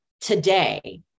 today